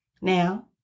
Now